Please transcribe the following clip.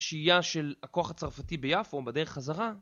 שהייה של הכוח הצרפתי ביפו בדרך חזרה.